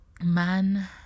man